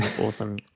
awesome